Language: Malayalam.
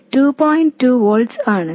2 volts ആണ്